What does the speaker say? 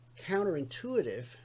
counterintuitive